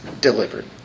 delivered